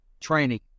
training